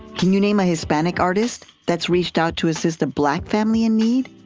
can you name a hispanic artist that's reached out to assist a black family in need?